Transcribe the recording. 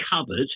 covered